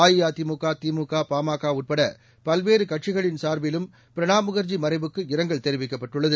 அஇஅதிமுக திமுக பாமக உட்பட பல்வேறு கட்சிகளின் சார்பிலும் பிரணாப் முகர்ஜி மறைவுக்கு இரங்கல் தெரிவிக்கப்பட்டுள்ளது